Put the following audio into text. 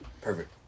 Perfect